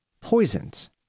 poisons